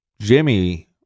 Jimmy